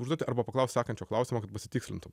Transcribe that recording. užduotį arba paklausk sakančio klausimo kad pasitikslintum